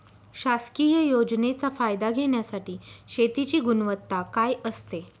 शासकीय योजनेचा फायदा घेण्यासाठी शेतीची गुणवत्ता काय असते?